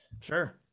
Sure